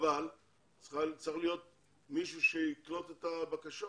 אבל צריך להיות מישהו שיקלוט את הבקשות